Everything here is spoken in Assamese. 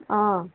অঁ